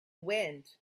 wind